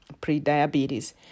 pre-diabetes